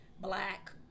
Black